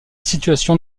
situation